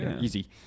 Easy